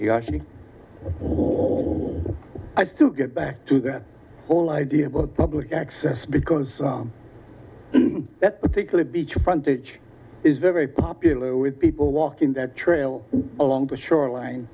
into actually has to get back to that whole idea about public access because that particular beach frontage is very popular with people walk in that trail along the shoreline